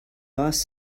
boss